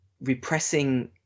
repressing